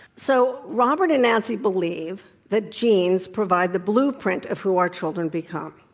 so, robert and nancy believe that genes provide the blueprint of who our children become.